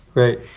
right.